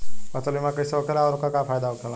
फसल बीमा कइसे होखेला आऊर ओकर का फाइदा होखेला?